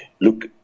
Look